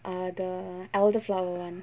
err the elderflower [one]